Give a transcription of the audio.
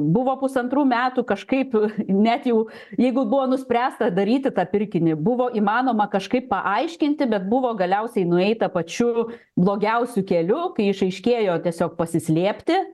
buvo pusantrų metų kažkaip net jau jeigu buvo nuspręsta daryti tą pirkinį buvo įmanoma kažkaip paaiškinti bet buvo galiausiai nueita pačiu blogiausiu keliu kai išaiškėjo tiesiog pasislėpti